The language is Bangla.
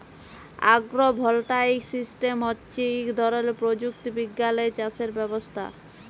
আগ্র ভল্টাইক সিস্টেম হচ্যে ইক ধরলের প্রযুক্তি বিজ্ঞালের চাসের ব্যবস্থা